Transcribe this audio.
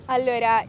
Allora